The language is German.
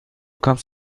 kommst